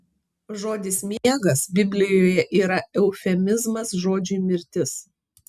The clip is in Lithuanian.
žodis miegas biblijoje yra eufemizmas žodžiui mirtis